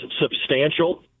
substantial